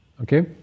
Okay